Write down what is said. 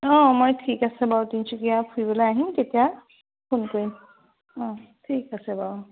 অঁ মই ঠিক আছে বাৰু তিনচুকীয়া ফুৰিবলৈ আহিম তেতিয়া ফোন কৰিম অঁ ঠিক আছে বাৰু